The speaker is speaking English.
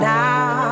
now